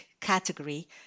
category